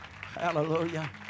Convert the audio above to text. Hallelujah